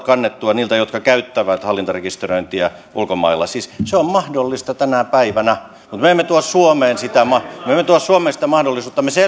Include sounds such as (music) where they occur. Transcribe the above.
(unintelligible) kannettua niiltä jotka käyttävät hallintarekisteröintiä ulkomailla siis se on mahdollista tänä päivänä mutta me emme tuo suomeen sitä mahdollisuutta